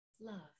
Love